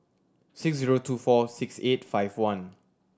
six zero two four six eight five one